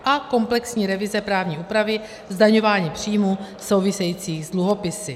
A komplexní revize právní úpravy zdaňování příjmů souvisejících s dluhopisy.